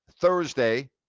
Thursday